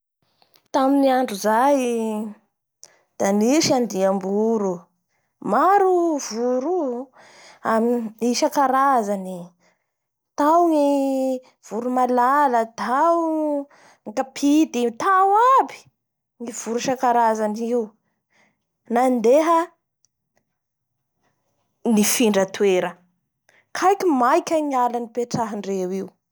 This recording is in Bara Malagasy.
Nisy zany tanora maro a niengadia reo henga andafy agny hianatsy ny fomba fitatana oronasa, a hianatsy ny fomba fitatana olo sy ny fomba famorona asa la niova tanteraky ny fiegnandreo.